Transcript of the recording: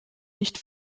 nicht